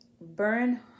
burn